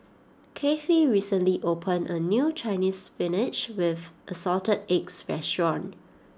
Kathey recently opened a new chinese Spinach with Assorted Eggs restaurant